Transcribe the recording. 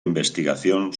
investigación